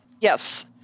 Yes